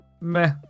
Meh